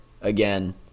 again